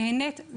נהנית.